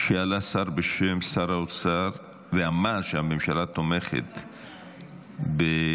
שעלה השר בשם שר האוצר ואמר שהממשלה תומכת בחוק,